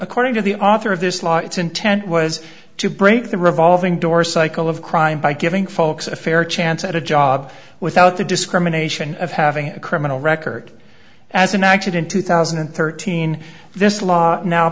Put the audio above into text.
according to the author of this law its intent was to break the revolving door cycle of crime by giving folks a fair chance at a job without the discrimination of having a criminal record as an action in two thousand and thirteen this law now